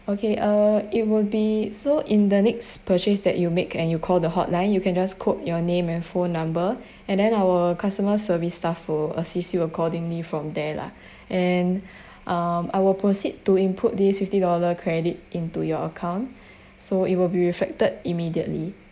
okay uh it will be so in the next purchase that you make and you call the hotline you can just quote your name and phone number and then our customer service staff will assist you accordingly from there lah and um I will proceed to input this fifty dollar credit into your account so it will be reflected immediately